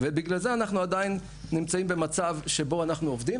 ובגלל זה אנחנו עדיין נמצאים במצב שבו אנחנו עובדים,